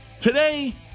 Today